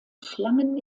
schlangen